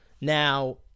Now